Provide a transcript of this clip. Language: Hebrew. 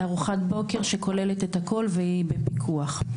ארוחת בוקר שכוללת את הכול והיא בפיקוח.